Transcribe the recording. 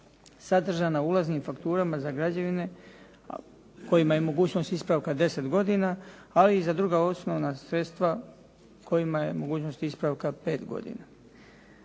sadržan na ulaznim fakturama za građevine kojima je mogućnost ispravka 10 godina, ali i za druga osnovna sredstva kojima je mogućnost ispravka 5 godina.